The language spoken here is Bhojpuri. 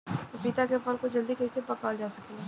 पपिता के फल को जल्दी कइसे पकावल जा सकेला?